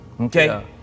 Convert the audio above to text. Okay